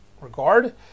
regard